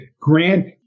Grant